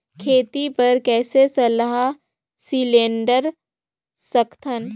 खेती बर कइसे सलाह सिलेंडर सकथन?